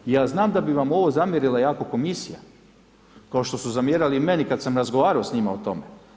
Ja znam da bi vam ovo zamjerila jako Komisija, kao što su zamjerali i meni kad sam razgovarao s njima o tome.